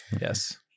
Yes